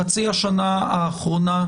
בחצי השנה האחרונה,